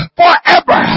forever